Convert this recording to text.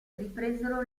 ripresero